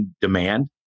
demand